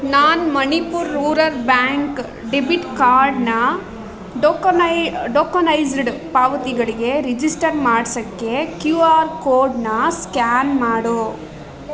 ನಾನು Manipur rural bank debit ಕಾರ್ಡನ್ನ ಡೋಕೋನೈ ಡೋಕೋನೈಸ್ಡ್ ಪಾವತಿಗಳಿಗೆ ರಿಜಿಸ್ಟರ್ ಮಾಡ್ಸೋಕ್ಕೆ ಕ್ಯೂ ಆರ್ ಕೋಡನ್ನ ಸ್ಕ್ಯಾನ್ ಮಾಡು